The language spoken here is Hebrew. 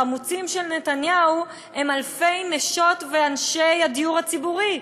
החמוצים של נתניהו הם אלפי נשות ואנשי הדיור הציבורי,